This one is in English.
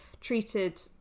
treated